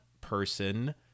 person